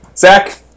Zach